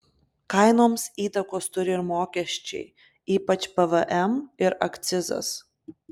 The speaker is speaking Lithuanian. kainoms įtakos turi ir mokesčiai ypač pvm ir akcizas